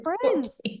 friends